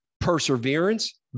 Perseverance